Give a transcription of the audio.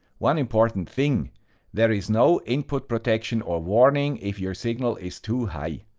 one important thing there is no input protection or warning if your signal is too high.